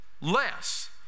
less